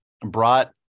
brought